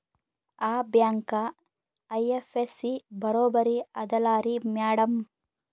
ಆ bank IFSC ಬರೊಬರಿ ಅದಲಾರಿ ಮ್ಯಾಡಂ?